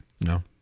No